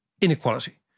inequality